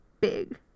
big